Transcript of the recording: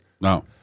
No